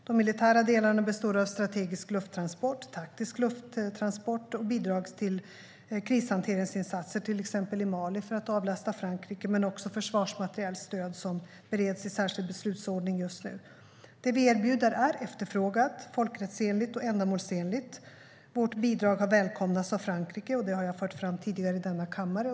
De militära delarna består av strategisk lufttransport, taktisk lufttransport och bidrag till krishanteringsinsatser, till exempel i Mali för att avlasta Frankrike, men också försvarsmaterielstöd som bereds i särskild beslutsordning just nu. Det vi erbjuder är efterfrågat, folkrättsenligt och ändamålsenligt. Vårt bidrag har välkomnats av Frankrike, såsom jag har fört fram tidigare i denna kammare.